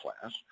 class